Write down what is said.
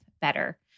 better